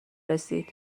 رسید